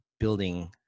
building